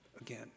again